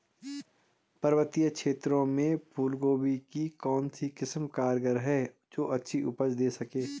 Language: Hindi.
पर्वतीय क्षेत्रों में फूल गोभी की कौन सी किस्म कारगर है जो अच्छी उपज दें सके?